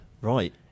right